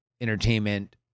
entertainment